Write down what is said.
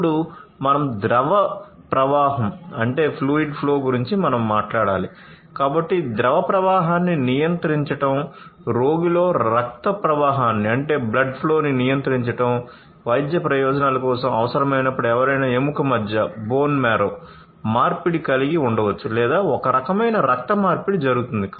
అప్పుడు మనం ద్రవ ప్రవాహం మార్పిడి కలిగి ఉండవచ్చు లేదా ఒకరకమైన రక్త మార్పిడి జరుగుతోంది